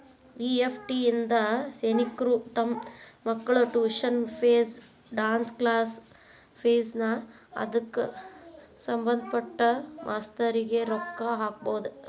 EFT ಇಂದಾ ಸೈನಿಕ್ರು ತಮ್ ಮಕ್ಳ tuition fees, dance class fees ನಾ ಅದ್ಕ ಸಭಂದ್ಪಟ್ಟ ಮಾಸ್ತರ್ರಿಗೆ ರೊಕ್ಕಾ ಹಾಕ್ಬೊದ್